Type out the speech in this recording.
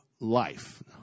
life